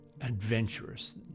adventurous